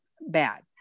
bad